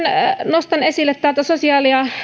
nostan esille täältä sosiaali ja